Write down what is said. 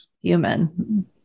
human